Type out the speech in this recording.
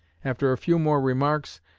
after a few more remarks,